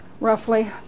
roughly